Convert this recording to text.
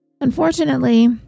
Unfortunately